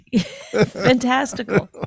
fantastical